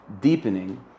deepening